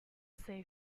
say